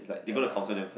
ya lah ya lah ya lah